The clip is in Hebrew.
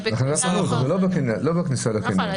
בכניסה לחנות.